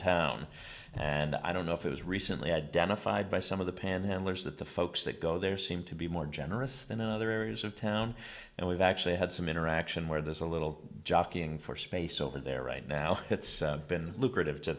town and i don't know if it was recently identified by some of the panhandlers that the folks that go there seem to be more generous than other areas of town and we've actually had some interaction where there's a little jockeying for space over there right now it's been lucrative to